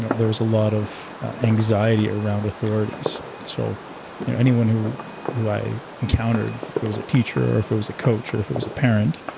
there was a lot of anxiety around authorities. so anyone who who i encountered, if it was a teacher, or if it was a coach, or if it was a parent,